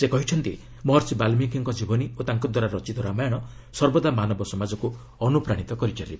ସେ କହିଛନ୍ତି ମହର୍ଷି ବାଲ୍ମିକୀଙ୍କ ଜୀବନୀ ଓ ତାଙ୍କ ଦ୍ୱାରା ରଚିତ ରାମାୟଣ ସର୍ବଦା ମାନବ ସମାଜକୁ ଅନୁପ୍ରାଣିତ କରି ଚାଲିବ